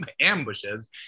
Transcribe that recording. ambushes